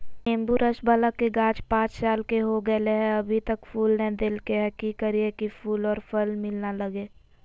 नेंबू रस बाला के गाछ पांच साल के हो गेलै हैं अभी तक फूल नय देलके है, की करियय की फूल और फल मिलना लगे?